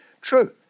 True